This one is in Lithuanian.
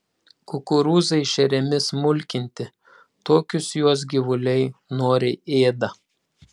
kukurūzai šeriami smulkinti tokius juos gyvuliai noriai ėda